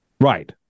Right